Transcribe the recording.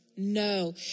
No